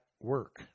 work